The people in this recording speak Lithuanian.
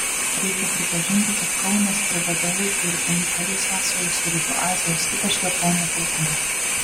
reikia pripažinti kad kaunas ir vdu turi unikalių sąsajų su rytų azijos ypač japonų kultūra